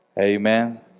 Amen